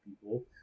people